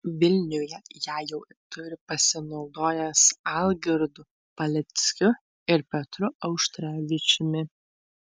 vilniuje ją jau turi pasinaudojęs algirdu paleckiu ir petru auštrevičiumi